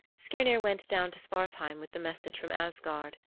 skirnir went down to svartheim with the message from asgard.